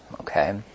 Okay